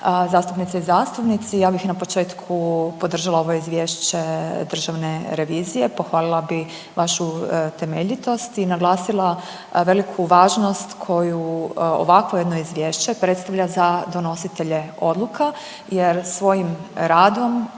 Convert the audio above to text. zastupnice i zastupnici. Ja bih na početku podržala ovo izvješće Državne revizije, pohvalila bih vašu temeljitost i naglasila veliku važnost koju ovakvo jedno izvješće predstavlja za donositelje odluka, jer svojim radom